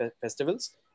festivals